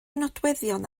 nodweddion